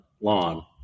lawn